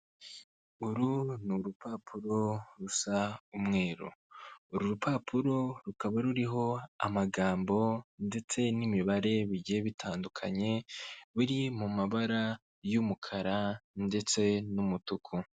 Uru ni urupapuro rusa umweru, uru rupapuro rukaba ruriho amagambo ndetse n'imibare bigiye bitandukanye, biri mu mabara y'umukara ndetse n'umutuku.